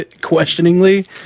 questioningly